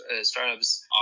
startups